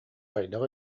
хайдах